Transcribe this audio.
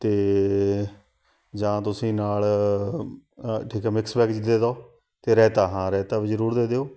ਅਤੇ ਜਾਂ ਤੁਸੀਂ ਨਾਲ ਠੀਕ ਆ ਮਿਕਸ ਵੈੱਗਜ ਦੇ ਦਿਉ ਅਤੇ ਰਾਇਤਾ ਹਾਂ ਰਾਇਤਾ ਵੀ ਜ਼ਰੂਰ ਦੇ ਦਿਉ